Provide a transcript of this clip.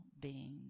beings